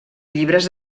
llibres